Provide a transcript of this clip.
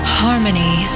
harmony